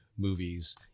movies